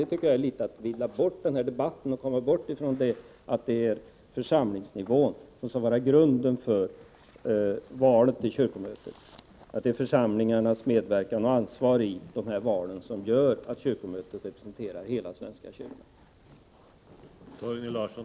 Jag tycker att detta är att dribbla sig ur den här debatten och försöka komma bort från att det är församlingarnas ansvar för och medverkan i de här valen som utgör grunden för att kyrkomötet representerar hela svenska kyrkan.